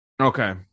Okay